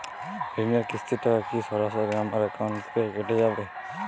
ঋণের কিস্তির টাকা কি সরাসরি আমার অ্যাকাউন্ট থেকে কেটে যাবে?